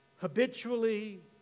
habitually